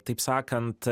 taip sakant